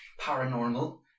paranormal